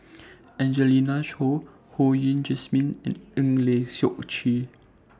Angelina Choy Ho Yen Wah Jesmine and Eng Lee Seok Chee